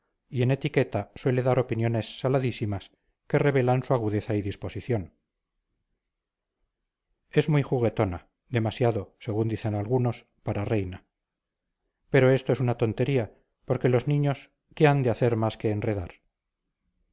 y en etiqueta suele dar opiniones saladísimas que revelan su agudeza y disposición es muy juguetona demasiado según dicen algunos para reina pero esto es una tontería porque los niños qué han de hacer más que enredar